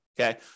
Okay